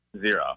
Zero